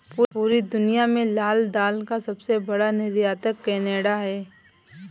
पूरी दुनिया में लाल दाल का सबसे बड़ा निर्यातक केनेडा है